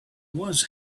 was